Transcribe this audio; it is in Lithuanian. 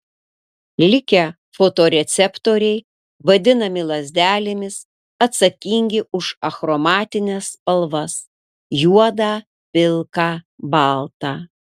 likę fotoreceptoriai vadinami lazdelėmis atsakingi už achromatines spalvas juodą pilką baltą